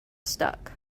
stuck